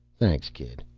thanks, kid.